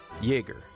jaeger